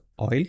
oil